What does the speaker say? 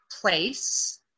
place